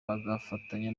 bagafatanya